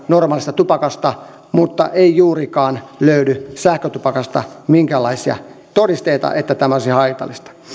normaalista tupakasta savusta pelkästään mutta ei juurikaan löydy sähkötupakasta minkäänlaisia todisteita että tämä olisi haitallista